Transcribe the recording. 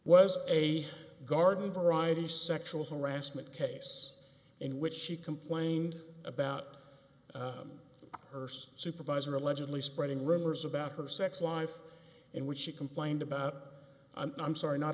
was a garden variety sexual harassment case in which she complained about her first supervisor allegedly spreading rumors about her sex life in which she complained about i'm sorry not